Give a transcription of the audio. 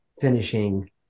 finishing